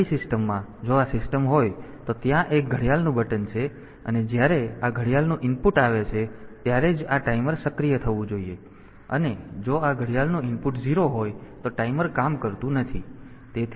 તેથી મારી સિસ્ટમમાં જો આ સિસ્ટમ હોય તો ત્યાં એક ઘડિયાળનું બટન છે અને જ્યારે આ ઘડિયાળનું ઇનપુટ આવે છે ત્યારે જ આ ટાઈમર સક્રિય થવું જોઈએ અને જો આ ઘડિયાળનું ઇનપુટ 0 હોય તો ટાઈમર કામ કરતું નથી